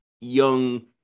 young